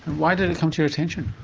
why did it come to your attention?